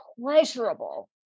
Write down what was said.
pleasurable